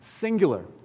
singular